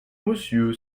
monsieur